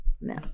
no